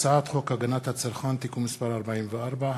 הצעת חוק הגנת הצרכן (תיקון מס' 44),